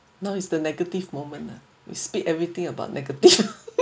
no is the negative moment lah we speak everything about negative